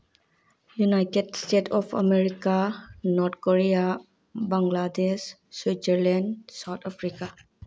united state of America North Korea Bangladesh Switzerland South Africa